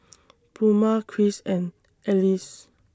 Pluma Chris and Alyce